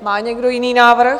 Má někdo jiný návrh?